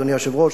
אדוני היושב-ראש,